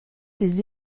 ses